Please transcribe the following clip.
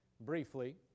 briefly